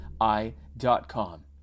I.com